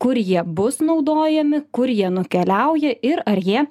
o kur jie bus naudojami kur jie nukeliauja ir ar jie